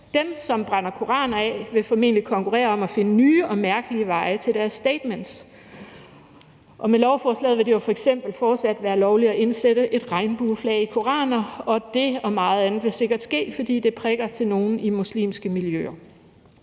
Dem, som brænder koraner af, vil formentlig konkurrere om at finde nye og mærkelige veje til at kunne komme ud med deres statements. Med lovforslaget vil det jo f.eks. fortsat være lovligt at indsætte et regnbueflag i koraner, og det og meget andet vil sikkert ske, fordi det prikker til nogle i muslimske miljøer.